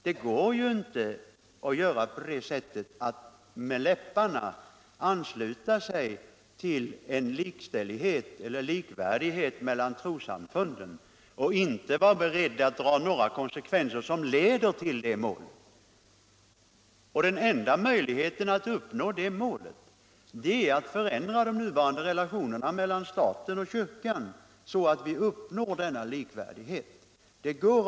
Det går ju inte att med läpparna ansluta sig till principen om likvärdighet mellan trossamfunden men inte vara beredd att dra några konsekvenser som leder till det målet. Den enda möjligheten att uppnå målet är att förändra de nuvarande relationerna mellan staten och kyrkan, så att vi får denna likvärdighet.